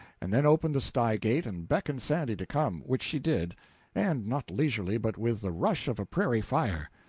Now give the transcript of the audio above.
and then opened the sty gate and beckoned sandy to come which she did and not leisurely, but with the rush of a prairie fire.